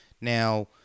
Now